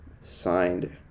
signed